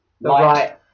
right